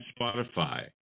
Spotify